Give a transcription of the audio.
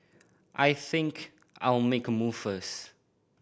I think I'll make a move first